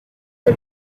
the